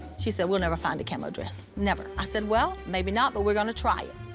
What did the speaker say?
she said, we'll never find a camo dress, never. i said, well, maybe not, but we're gonna try it.